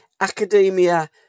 academia